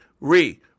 re